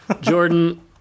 jordan